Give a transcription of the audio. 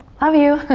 love you!